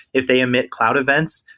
if they emit cloud events,